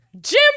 Jim